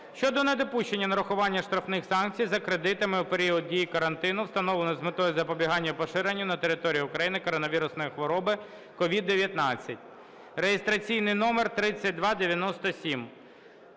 (щодо недопущення нарахування штрафних санкцій за кредитами у період дії карантину, встановленого з метою запобігання поширенню на території України коронавірусної хвороби COVID-19) (реєстраційний номер 3297).